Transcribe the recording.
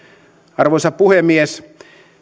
arvoisa puhemies